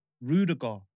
Rudiger